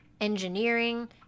engineering